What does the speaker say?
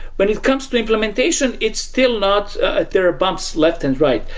when it comes to implementation, it's still not ah there are bumps left and right.